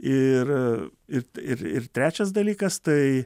ir ir ir ir trečias dalykas tai